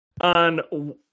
on